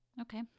Okay